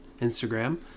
Instagram